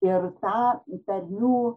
ir tą tarmių